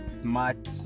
smart